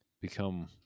become –